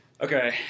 okay